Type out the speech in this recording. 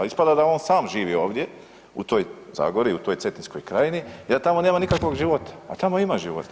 Ispada da on sam živi ovdje, u toj zagori, u toj Cetinskoj krajini jer tamo nema nikakvog života, a tamo ima života.